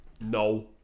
No